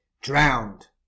drowned